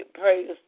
Praise